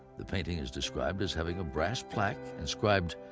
the painting is described as having a brass plaque inscribed,